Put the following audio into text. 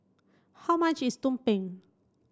how much is Tumpeng